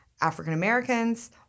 African-Americans